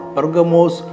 Pergamos